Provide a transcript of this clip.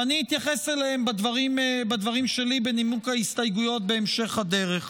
ואני אתייחס אליהן בדברים שלי בנימוק ההסתייגויות בהמשך הדרך.